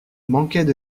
manquaient